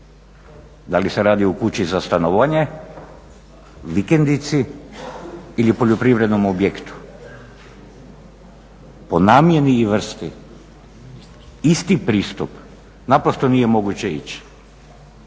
da li se radi o kući za stanovanje, vikendici ili poljoprivrednom objektu po namjeni i vrsti isti pristup naprosto nije moguće ići.